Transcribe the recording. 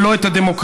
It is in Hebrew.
ולא את הדמוקרטיה.